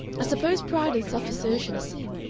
i suppose pride and self-assertion are sin?